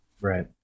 right